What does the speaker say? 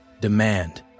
Demand